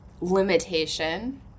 limitation